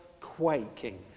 quaking